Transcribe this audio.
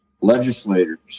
legislators